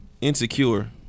Insecure